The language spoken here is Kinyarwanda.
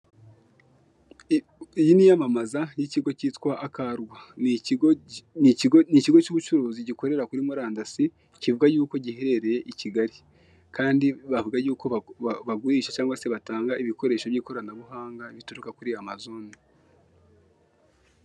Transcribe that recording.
Iyi ni iyamamaza y'ikigo kitwa Akarwa. Ni ikigo cy'ubucuruzi gikorera kuri murandasi, kivuga yuko giherereye i Kigali. Bavuga ko bagurisha cyangwa se batanga ibicuruzwa by'ikoranabuhanga, bituruka kuri Amazone.